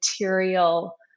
material